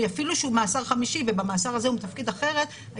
אפילו שהוא במאסר חמישי והוא מתפקד אחרת במאסר הזה,